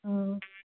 ꯑꯣ